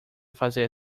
fazer